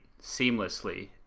seamlessly